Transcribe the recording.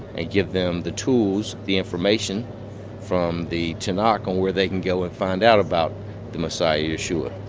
and give them the tools, the information from the tanakh and where they can go and find out about the messiah yeshu'a.